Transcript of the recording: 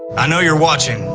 i know you're watching,